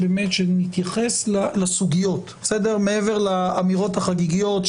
שנתייחס לסוגיות מעבר לאמירות החגיגיות.